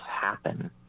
happen